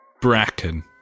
Bracken